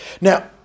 Now